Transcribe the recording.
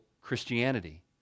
Christianity